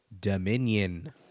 Dominion